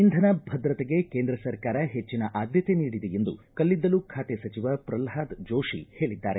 ಇಂಧನ ಭದ್ರತೆಗೆ ಕೇಂದ್ರ ಸರ್ಕಾರ ಹೆಚ್ಚನ ಆದ್ಯತೆ ನೀಡಿದೆ ಎಂದು ಕಲ್ಲಿದ್ದಲು ಖಾತೆ ಸಚಿವ ಪ್ರಲ್ವಾದ್ ಜೋಶಿ ಹೇಳಿದ್ದಾರೆ